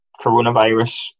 coronavirus